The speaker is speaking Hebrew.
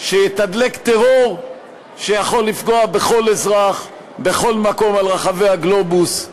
שיתדלק טרור שיכול לפגוע בכל אזרח בכל מקום על רחבי הגלובוס,